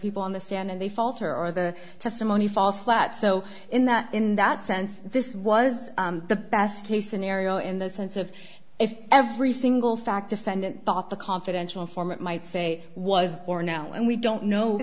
people on the stand and they falter or the testimony falls flat so in that in that sense this was the best case scenario in the sense of if every single fact defendant thought the confidential informant might say was or now and we don't know